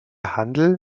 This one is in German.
handel